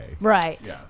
Right